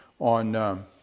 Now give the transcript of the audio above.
on